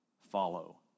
follow